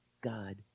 God